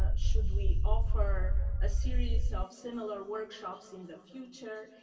ah should we offer a series of similar workshops in the future?